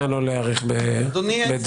נא לא להאריך בדברים.